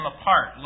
apart